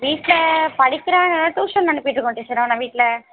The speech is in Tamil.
வீட்டில் படிக்கிறான் டியூஷன் அனுப்பிவிட்ருக்கோம் டீச்சர் அவனை வீட்டில்